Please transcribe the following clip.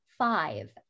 Five